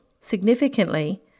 significantly